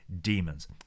Demons